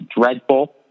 dreadful